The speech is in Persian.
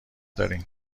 دارین